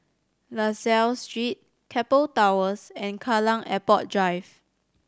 La Salle Street Keppel Towers and Kallang Airport Drive